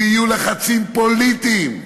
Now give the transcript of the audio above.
יהיו לחצים פוליטיים,